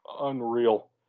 unreal